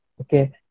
Okay